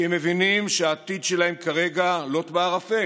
הם מבינים שהעתיד שלהם כרגע לוט בערפל.